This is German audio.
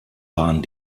waren